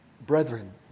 Brethren